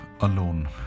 alone